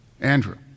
Andrew